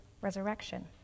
resurrection